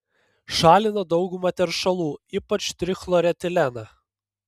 šalina daugumą teršalų ypač trichloretileną